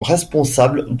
responsables